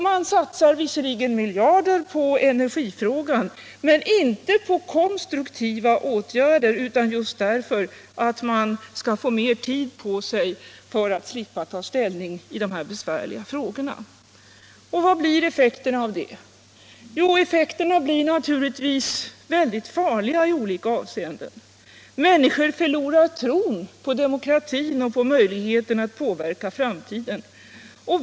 Man satsar visserligen miljarder på energifrågan, men inte på konstruktiva åtgärder utan för att man skall få mera tid på sig att slippa ta ställning i dessa besvärliga frågor. Och vad blir effekten av det? Jo, effekterna blir naturligtvis mycket farliga i olika avseenden. Människor förlorar tron på demokratin och på möjligheten att påverka framtiden.